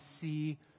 see